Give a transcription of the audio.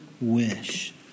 wish